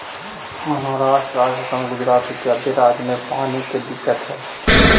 महाराष्ट्र, राजस्थान, गुजरात इत्यादि राज्य में पानी के दिक्कत हई